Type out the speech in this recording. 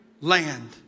land